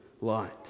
light